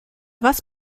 was